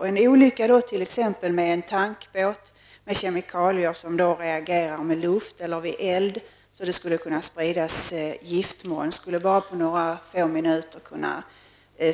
Om det inträffar en olycka t.ex. med en tankbåt med kemikalier som reagerar med luft eller vid eld, skulle det kunna spridas giftmoln som på några få minuter kunde